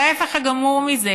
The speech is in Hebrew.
הוא ההפך הגמור מזה.